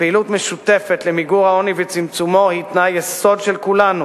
פעילות משותפת למיגור העוני וצמצומו היא תנאי יסוד של כולנו,